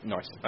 Nice